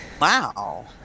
Wow